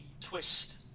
twist